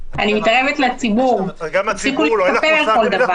ורחימו צריכים לבדוק ולראות שקנסות ניתנים במידתיות,